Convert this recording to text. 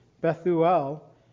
Bethuel